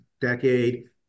decade